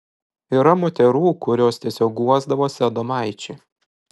yra moterų kurios tiesiog guosdavosi adomaičiui